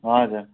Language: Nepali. हजुर